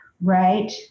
right